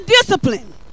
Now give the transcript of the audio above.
discipline